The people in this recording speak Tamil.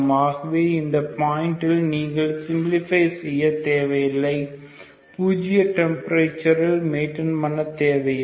ஆகவே இந்த பாயிண்டில் நீங்கள் சிம்பிளிஃபை செய்ய தேவை இல்லை பூஜ்ஜிய டெம்பரேச்சர் மெய்டன் பன்ன தேவை இல்லை